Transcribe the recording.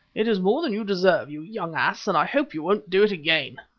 it is more than you deserve, you young ass, and i hope you won't do it again.